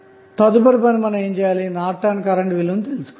ఇప్పుడు తదుపరి పని నార్టన్ కరెంట్ విలువను తెలుసుకోవడం